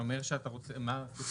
אתה אומר שאתה רוצה --- סליחה?